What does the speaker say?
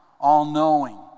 all-knowing